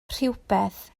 rhywbeth